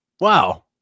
Wow